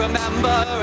Remember